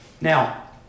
Now